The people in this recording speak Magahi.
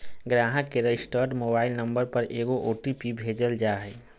ग्राहक के रजिस्टर्ड मोबाइल नंबर पर एगो ओ.टी.पी भेजल जा हइ